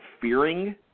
fearing